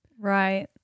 Right